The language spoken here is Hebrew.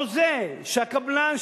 החוזה שהקבלן,